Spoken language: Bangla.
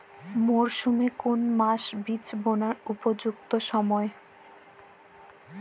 মরসুমের কোন কোন মাস বীজ বোনার উপযুক্ত সময়?